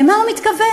למה הוא מתכוון?